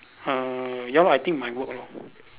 uh ya lor I think my work lor